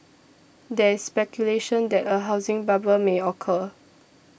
there is speculation that a housing bubble may occur